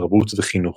תרבות וחינוך,